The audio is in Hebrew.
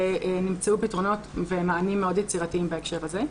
נמצאו פתרונות ומענים מאוד יצירתיים בהקשר הזה.